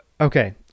okay